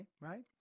right